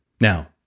Now